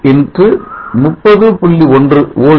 96 x 30